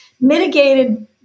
mitigated